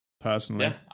personally